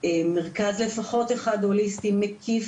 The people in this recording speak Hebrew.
לפחות מרכז אחד שיהיה הוליסטי ומקיף,